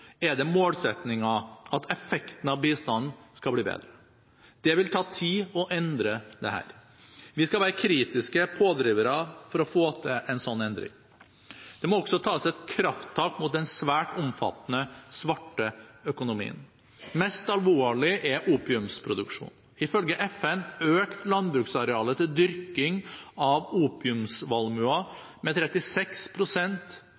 opp, er målsettingen at effekten av bistanden skal bli bedre. Det vil ta tid å endre dette. Vi skal være kritiske pådrivere for å få til en slik endring. Det må også tas et krafttak mot den svært omfattende svarte økonomien. Mest alvorlig er opiumsproduksjonen. Ifølge FN økte landbruksarealet til dyrking av